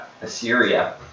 Assyria